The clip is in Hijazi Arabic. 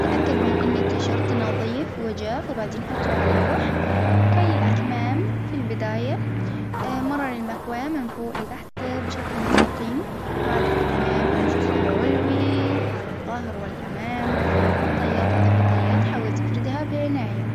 تأكد من أن التيشرت نظيف وجاف وبعدين حطه عاللوح، كي الأكمام في البداية. اه مرر من فوق لتحت بشكل مستقيم بعد الأكمام الجزء العلوي على الظهر والأمام، والطيات إذا في طيات حاول تفردها بعناية.